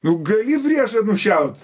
nu gali priešą nušiaut